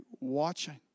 watching